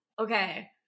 okay